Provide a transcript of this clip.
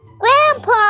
Grandpa